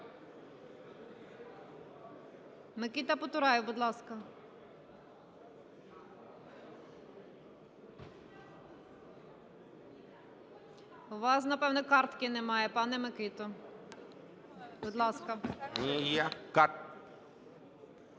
Микита Потураєв, будь ласка. У вас, напевно, картки немає, пане Микито. Будь ласка. 12:39:01